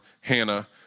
Hannah